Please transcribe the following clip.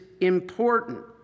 important